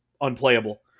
unplayable